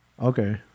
Okay